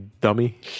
dummy